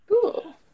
Cool